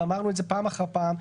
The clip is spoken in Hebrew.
ואמרנו את זה פעם אחר פעם,